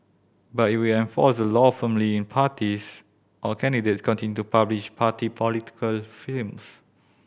but it will enforce the law firmly if parties or candidates continue to publish party political films